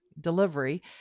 delivery